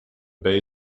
bay